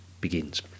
begins